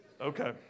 Okay